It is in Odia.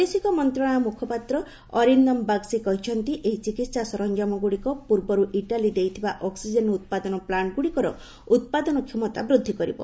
ବୈଦେଶିକ ମନ୍ତ୍ରଣାଳୟ ମୁଖପାତ୍ର ଅରିନ୍ଦମ ବାଗ୍ଚି କହିଛନ୍ତି ଏହି ଚିକିହା ସରଞ୍ଜାମ ଗୁଡ଼ିକ ପୂର୍ବରୁ ଇଟାଲୀ ଦେଇଥିବା ଅକ୍ସିକେନ୍ ଉତ୍ପାଦନ ପ୍ଲାଣ୍ଟ ଗୁଡ଼ିକର ଉତ୍ପାଦନ କ୍ଷମତା ବୃଦ୍ଧି କରିବ